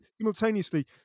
simultaneously